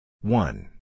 one